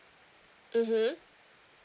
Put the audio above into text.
mmhmm